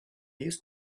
used